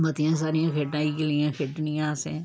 मतियां सारियां खेढां इ'यै लेइयां खेढनियां असें